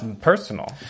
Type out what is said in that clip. personal